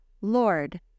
Lord